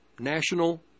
National